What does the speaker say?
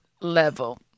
Level